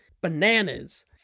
bananas